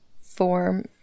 form